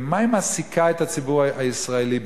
במה היא מעסיקה את הציבור הישראלי,